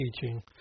teaching